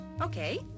Okay